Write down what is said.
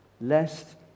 Lest